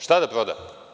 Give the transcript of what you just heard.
Šta da proda?